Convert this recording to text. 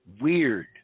weird